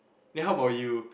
then how about you